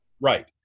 Right